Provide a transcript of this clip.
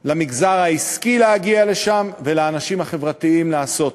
למגזר העסקי להגיע לשם, ולאנשים החברתיים לעשות.